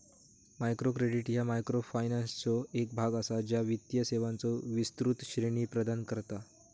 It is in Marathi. मायक्रो क्रेडिट ह्या मायक्रोफायनान्सचो एक भाग असा, ज्या वित्तीय सेवांचो विस्तृत श्रेणी प्रदान करता